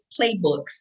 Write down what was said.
playbooks